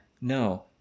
No